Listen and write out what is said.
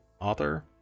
author